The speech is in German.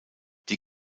die